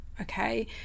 okay